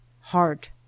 heart